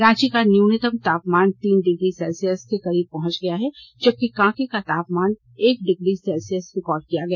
रांची का न्यूनतम तापमान तीन डिग्री सेल्सियस के करीब पहुंच गया है जबकि कांके का तापमान एक डिग्री सेल्सियस रिकार्ड किया गया